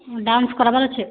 dance କରାବାର୍ ଅଛେ